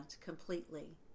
completely